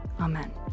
Amen